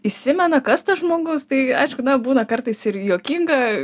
įsimena kas tas žmogus tai aišku būna kartais ir juokinga